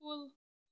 کُل